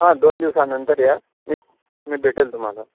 हां दोन दिवसानंतर या मी मी भेटेल तुम्हाला